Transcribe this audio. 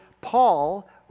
Paul